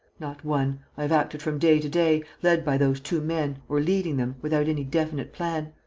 not one. i have acted from day to day, led by those two men or leading them, without any definite plan.